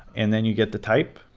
and then you get the type,